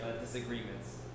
disagreements